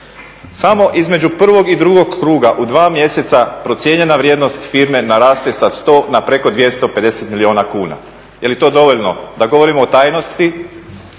Samo između prvog i drugog kruga u dva mjeseca procijenjena vrijednost firme naraste sa 100 na preko 250 milijuna kuna. Jeli to dovoljno? Da govorimo o tajnosti